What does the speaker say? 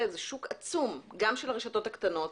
עצום, גם של הרשתות הקטנות